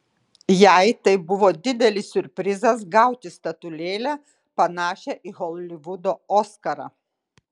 jai tai buvo didelis siurprizas gauti statulėlę panašią į holivudo oskarą